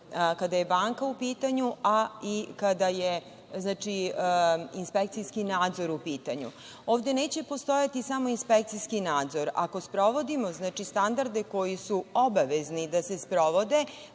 kada je banka u pitanju i kada je inspekcijski nadzor u pitanju. Ovde neće postojati samo inspekcijski nadzor. Ako sprovodimo standarde koji su obavezni da se sprovode,